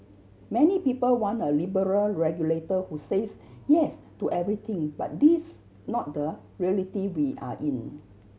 many people want a liberal regulator who says yes to everything but this not the reality we are in